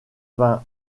vingt